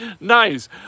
Nice